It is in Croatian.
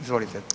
Izvolite.